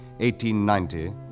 1890